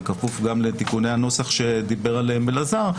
גם בכפוף לתיקוני הנוסח שדיבר עליהם אלעזר,